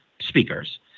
speakers